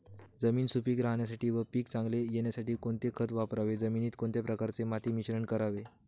जमीन सुपिक राहण्यासाठी व पीक चांगले येण्यासाठी कोणते खत वापरावे? जमिनीत कोणत्या प्रकारचे माती मिश्रण करावे?